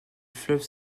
fleuve